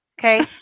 Okay